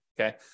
okay